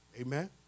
Amen